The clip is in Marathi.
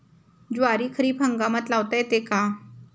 ज्वारी खरीप हंगामात लावता येते का?